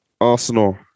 Arsenal